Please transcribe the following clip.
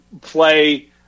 play